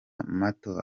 mato